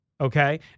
okay